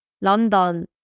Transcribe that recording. London